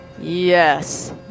Yes